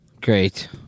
Great